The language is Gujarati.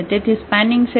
તેથી સ્પાનિંગ સેટ શું છે